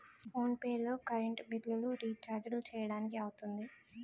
phone pay లో current బిల్లులు, రిచార్జీలు చేయడానికి అవుతుంది